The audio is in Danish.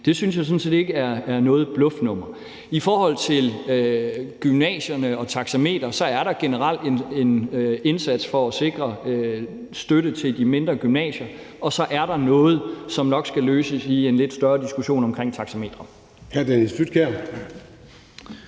Det synes jeg sådan set ikke er noget bluffnummer. I forhold til gymnasierne og taxameteret er der generelt en indsats for at sikre støtte til de mindre gymnasier, og så er der noget, som nok skal løses i en lidt større diskussion om taxameteret.